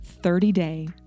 30-day